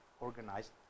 organized